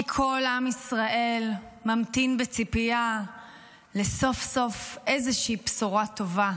כי כל עם ישראל ממתין בציפייה לסוף-סוף איזושהי בשורה טובה,